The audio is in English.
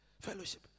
fellowship